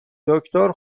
دکتر